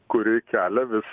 kuri kelia vis